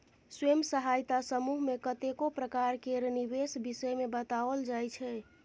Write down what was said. स्वयं सहायता समूह मे कतेको प्रकार केर निबेश विषय मे बताओल जाइ छै